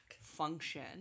function